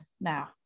now